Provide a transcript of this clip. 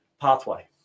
pathway